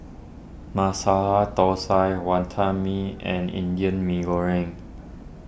Masala Thosai Wonton Mee and Indian Mee Goreng